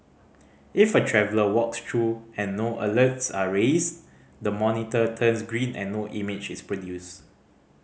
if a traveller walks through and no alerts are raised the monitor turns green and no image is produced